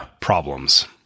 problems